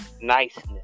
niceness